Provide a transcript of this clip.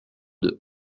deux